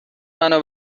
منو